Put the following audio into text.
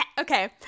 Okay